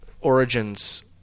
origins